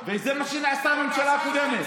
שזו תוספת של 65.5%. זו עזרה לאנשים שבאמת זקוקים לזה.